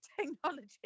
technology